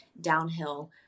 downhill